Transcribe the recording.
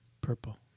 Purple